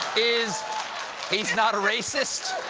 is he is not a racist,